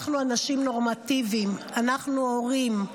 אנחנו אנשים נורמטיביים, אנחנו הורים.